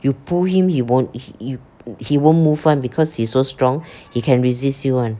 you pull him he won't you he won't move one because he's so strong he can resist you [one]